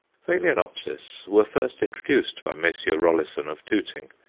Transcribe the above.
phaloenopsis were first introduced by messrs. rollisson, of tooting,